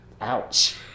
Ouch